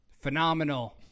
phenomenal